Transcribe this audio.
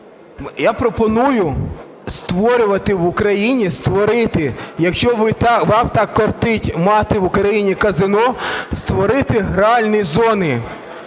Я пропоную створювати в Україні, створити, якщо вам так кортить мати в Україні казино, створити гральні зони.